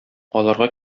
аларга